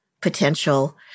potential